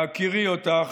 בהכירי אותך,